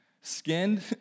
skinned